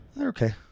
okay